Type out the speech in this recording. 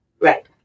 right